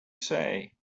say